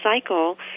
cycle